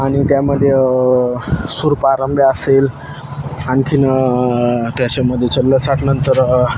आणि त्यामध्ये सूरपारंब्या असेल आणखीन त्याच्यामध्ये चल्लसाठ नंतर